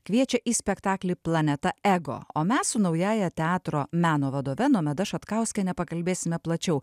kviečia į spektaklį planeta ego o mes su naująja teatro meno vadove nomeda šatkauskiene pakalbėsime plačiau